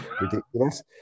ridiculous